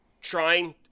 trying